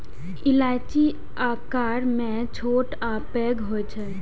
इलायची आकार मे छोट आ पैघ होइ छै